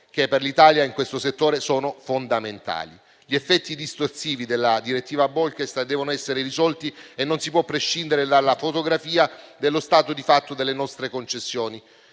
che per l'Italia in questo settore sono fondamentali. Gli effetti distorsivi della direttiva Bolkestein devono essere risolti e non si può prescindere dalla fotografia dello stato di fatto delle nostre concessioni.